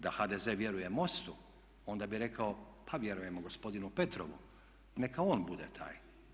Da HDZ vjeruje MOST-u onda bi rekao pa vjerujemo gospodinu Petrovu neka on bude taj.